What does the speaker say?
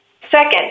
Second